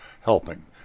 helping